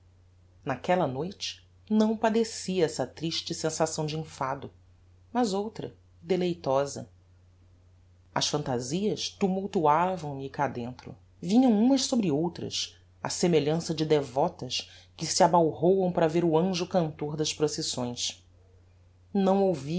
naquella noite não padeci essa triste sensação de enfado mas outra